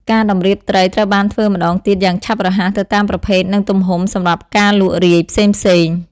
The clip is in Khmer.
ការតម្រៀបត្រី ត្រូវបានធ្វើម្តងទៀតយ៉ាងឆាប់រហ័សទៅតាមប្រភេទនិងទំហំសម្រាប់ការលក់រាយផ្សេងៗ។